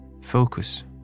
focus